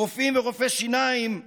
רופאים ורופאי שיניים יהודים,